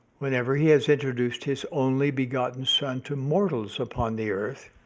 whenever he has introduced his only begotten son to mortals upon the earth,